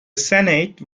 senate